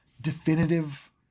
definitive